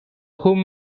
home